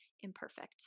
imperfect